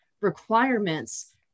requirements